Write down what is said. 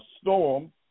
storm